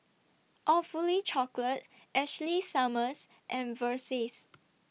Awfully Chocolate Ashley Summers and Versace